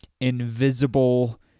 invisible